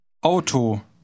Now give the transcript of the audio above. Auto